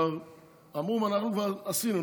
אמרו: אנחנו כבר עשינו,